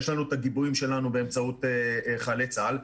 יש לנו את הגיבויים שלנו באמצעות חיילי צה"ל.